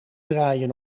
draaien